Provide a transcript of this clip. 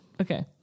Okay